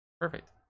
Perfect